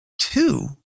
Two